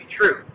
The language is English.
true